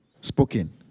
spoken